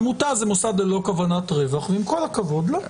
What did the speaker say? עמותה זה מוסד ללא כוונת רווח, ועם כל הכבוד, לא.